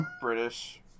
British